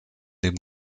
dem